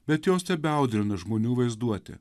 bet jos tebeaudrina žmonių vaizduotę